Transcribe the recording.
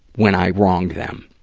when i wronged them.